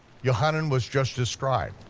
yochanan was just a scribe,